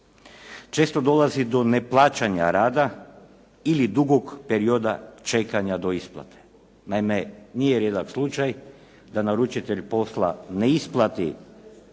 Često dolazi do neplaćanja rada ili dugog perioda čekanja do isplate. Naime nije rijedak slučaj da naručitelj posla ne isplati